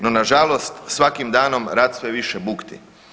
No, nažalost svakim danom rat sve više bukti.